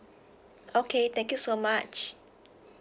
okay thank you so much